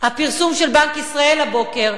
הפרסום של בנק ישראל הבוקר,